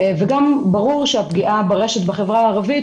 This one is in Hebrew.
גם ברור שהפגיעה ברשת בחברה הערבית